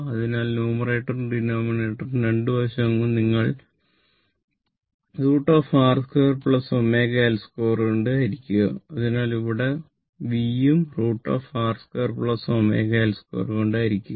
അതിനാൽ ഇത് √ കൊണ്ട് ഹരികുക